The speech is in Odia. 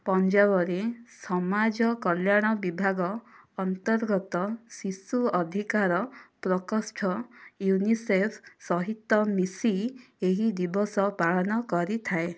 ପଞ୍ଜାବରେ ସମାଜ କଲ୍ୟାଣ ବିଭାଗ ଅନ୍ତର୍ଗତ ଶିଶୁ ଅଧିକାର ପ୍ରକୋଷ୍ଠ ୟୁନିସେଫ୍ ସହିତ ମିଶି ଏହି ଦିବସ ପାଳନ କରିଥାଏ